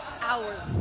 Hours